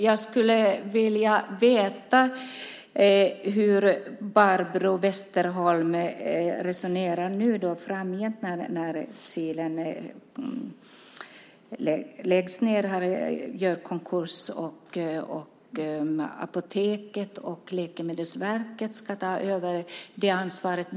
Jag skulle vilja veta hur Barbro Westerholm resonerar nu, framgent, när Kilen läggs ned och gör konkurs, och Apoteket och Läkemedelsverket ska ta över det ansvaret.